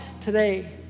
today